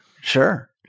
Sure